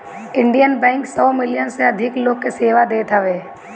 Indian Bank सौ million से अधिक लोग के सेवा देत हवे